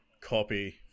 copy